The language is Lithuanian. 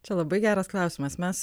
čia labai geras klausimas mes